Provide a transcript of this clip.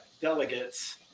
delegates